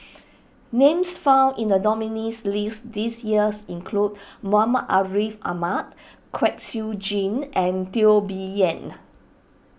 names found in the nominees' list this years include Muhammad Ariff Ahmad Kwek Siew Jin and Teo Bee Yen